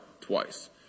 twice